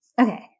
Okay